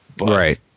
Right